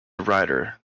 ryder